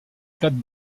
plates